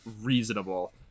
reasonable